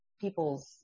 people's